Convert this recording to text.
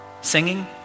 singing